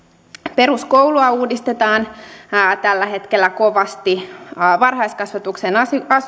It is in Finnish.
peruskoulua uudistetaan tällä hetkellä kovasti varhaiskasvatuksen